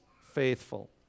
faithful